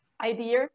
idea